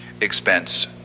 expense